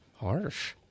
Harsh